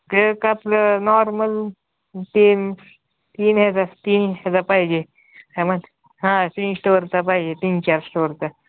cake आपलं normal तीन तीन ह्याचा तीन ह्याचा पाहिजे हा म हां तीन स्टोरचा पाहिजे तीन चार स्टोअरचा